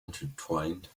intertwined